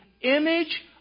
image